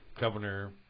Governor